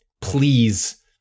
please